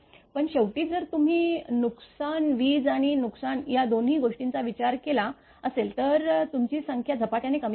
पण शेवटी जर तुम्ही नुकसान वीज आणि नुकसान या दोन्ही गोष्टींचा विचार केला असेल तर तुमची संख्या झपाट्याने कमी होईल